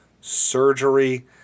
surgery